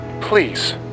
Please